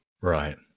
Right